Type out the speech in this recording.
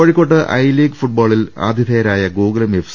കോഴിക്കോട്ട് I League ഫുട്ബോളിൽ ആതിഥേയരായ ഗോകുലം എഫ്